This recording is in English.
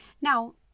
Now